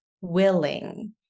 willing